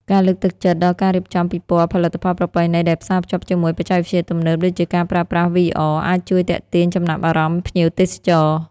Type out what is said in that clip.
ការលើកទឹកចិត្តដល់ការរៀបចំពិព័រណ៍ផលិតផលប្រពៃណីដែលផ្សារភ្ជាប់ជាមួយបច្ចេកវិទ្យាទំនើបដូចជាការប្រើប្រាស់ VR អាចជួយទាក់ទាញចំណាប់អារម្មណ៍ភ្ញៀវទេសចរ។